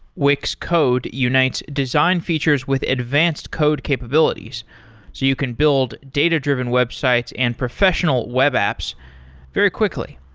wix code unites design features with advanced code capabilities, so you can build data-driven websites and professional web apps very quickly.